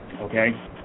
Okay